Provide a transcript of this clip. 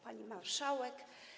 Pani Marszałek!